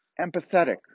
empathetic